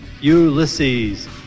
Ulysses